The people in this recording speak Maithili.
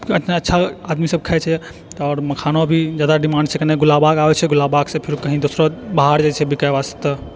अच्छा आदमी सब खाय छै तऽ आओर मखाना भी जादा डिमांड छै गुलाबबाग आबै छै गुलाबबागसँ फेर ओकरा कहीँ दोसरो बाहर जाइ छै बिकाय वास्ते